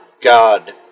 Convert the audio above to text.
God